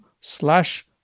slash